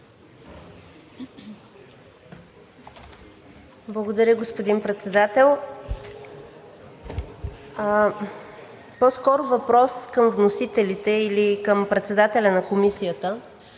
Благодаря, господин Председател – по-скоро въпрос към вносителите или към председателя на Комисията.